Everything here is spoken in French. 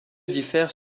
diffère